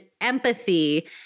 empathy